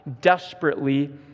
desperately